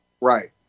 Right